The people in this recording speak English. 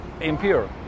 impure